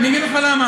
אני אגיד לך למה,